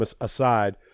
aside